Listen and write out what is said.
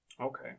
Okay